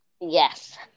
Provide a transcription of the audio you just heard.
Yes